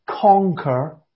conquer